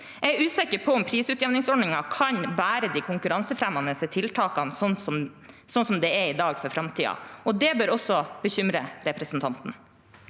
Jeg er usikker på om prisutjevningsordningen kan bære de konkurransefremmende tiltakene slik de er i dag, for framtiden. Det bør også bekymre representanten